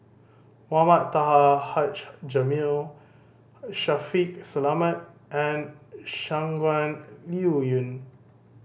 Mohamed Taha Haji Jamil Shaffiq Selamat and Shangguan Liuyun